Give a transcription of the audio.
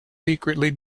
secretly